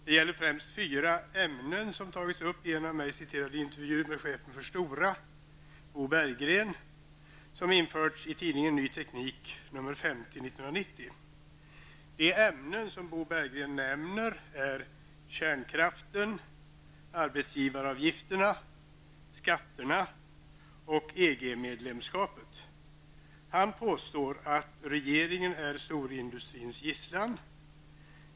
Det gäller främst de fyra ämnen som tagits upp i en av mig citerad intervju med chefen för STORA, Bo De ämnen som Bo Berggren nämner är: EG-medlemskapet. Han påstår att regeringen är storindustrins gisslan.